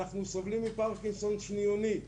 אנחנו סובלים מפרקינסון שניוני,